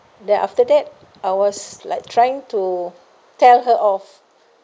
then after that I was like trying to tell her off